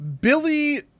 Billy